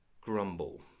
grumble